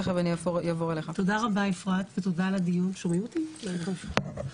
תודה על הדיון, אפרת.